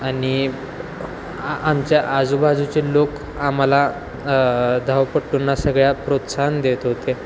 आणि आ आमच्या आजूबाजूचे लोक आम्हाला धावपटूंना सगळ्या प्रोत्साहन देत होते